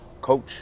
coach